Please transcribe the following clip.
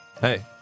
Hey